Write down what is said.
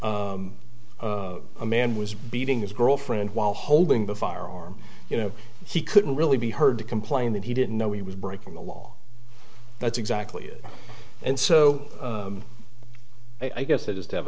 a man was beating his girlfriend while holding the firearm you know he couldn't really be heard to complain that he didn't know he was breaking the law that's exactly it and so i guess it is to have